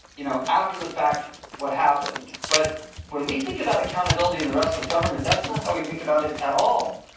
you know, after the fact what happened. but when we think about accountability in the rest of government, that's not how we think about it at all.